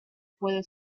puede